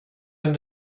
and